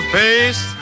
face